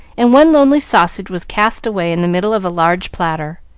and one lonely sausage was cast away in the middle of a large platter.